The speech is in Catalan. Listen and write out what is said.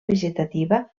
vegetativa